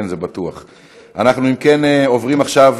אנחנו לא נישבר, ואתכם אנחנו נחנך.